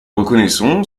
reconnaissons